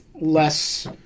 less